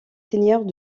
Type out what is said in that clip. seigneurs